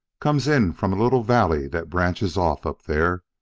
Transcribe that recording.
comes in from a little valley that branches off up there.